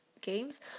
games